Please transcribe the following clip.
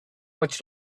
much